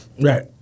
Right